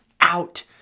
out